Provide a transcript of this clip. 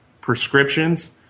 prescriptions